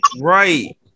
Right